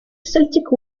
celtic